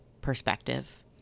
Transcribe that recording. perspective